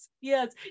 Yes